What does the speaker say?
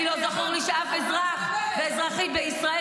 לא זכור לי שאף אזרח ואזרחית בישראל,